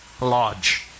Lodge